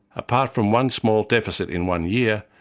apart from one small deficit in one year,